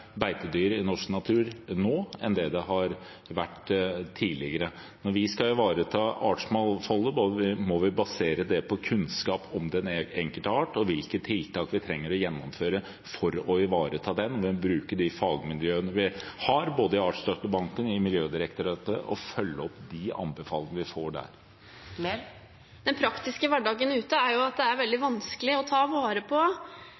beitedyr i norsk natur nå enn det har vært tidligere. Når vi skal ivareta artsmangfoldet, må vi basere det på kunnskap om den enkelte art og hvilke tiltak vi trenger å gjennomføre for å ivareta den. Vi må bruke de fagmiljøene vi har, både i Artsdatabanken og i Miljødirektoratet, og følge opp anbefalingene vi får derfra. Den praktiske hverdagen der ute er jo at det er veldig vanskelig å ta vare på